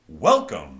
Welcome